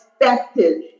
expected